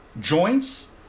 Joints